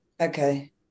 Okay